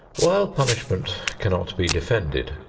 while punishment cannot be defended,